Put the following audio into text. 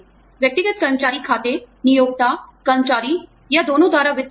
व्यक्तिगत कर्मचारी खाते नियोक्ता कर्मचारी या दोनों द्वारा वित्त पोषित